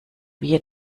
wir